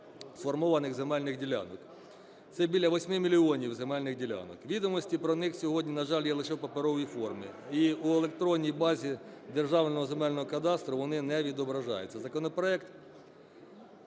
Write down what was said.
сформованих земельних ділянок. Це біля 8 мільйонів земельних ділянок. Відомості про них сьогодні, на жаль, є лише у паперовій формі, і в електронній базі Державного земельного кадастру вони не відображаються. Законопроект